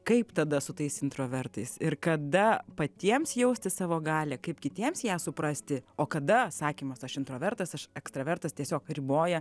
kaip tada su tais introvertais ir kada patiems jausti savo galią kaip kitiems ją suprasti o kada sakymas aš introvertas ekstravertas tiesiog riboja